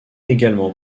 également